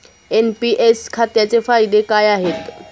NPS खात्याचे फायदे काय आहेत?